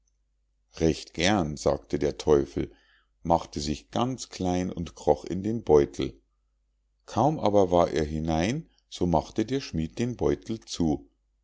recht gern sagte der teufel machte sich ganz klein und kroch in den beutel kaum aber war er hinein so machte der schmied den beutel zu